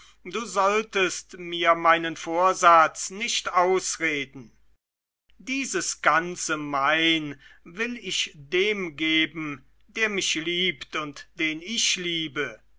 du solltest mir meinen vorsatz nicht ausreden dieses ganze mein will ich dem geben der mich liebt und den ich liebe